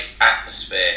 atmosphere